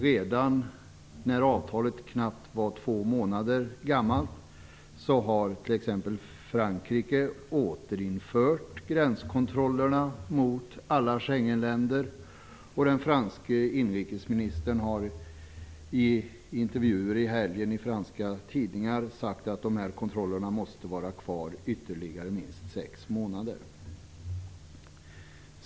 Redan när avtalet var knappt två månader gammalt hade t.ex. Frankrike återinfört gränskontrollerna mot alla Schengenländer, och den franske inrikesministern har i helgen i intervjuer i franska tidningar sagt att kontrollerna måste vara kvar ytterligare minst sex månader.